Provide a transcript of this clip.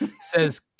says